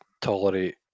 tolerate